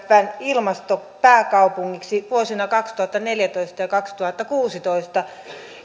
wwfn ilmastopääkaupungiksi vuosina kaksituhattaneljätoista ja kaksituhattakuusitoista